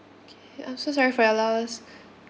K I'm so sorry for your loss